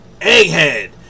Egghead